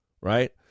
right